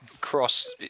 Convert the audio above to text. cross